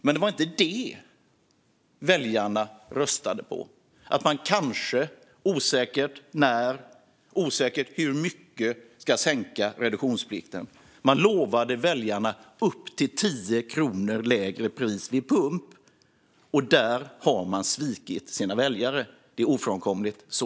Men det var inte detta väljarna röstade för - att man kanske, osäkert när och hur mycket, ska sänka reduktionsplikten. Man lovade väljarna upp till 10 kronor lägre pris vid pump. Där har man svikit sina väljare; det är ofrånkomligen så.